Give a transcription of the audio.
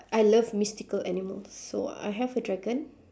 I love mystical animals so I'll have a dragon